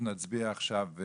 אנחנו נצביע עכשיו.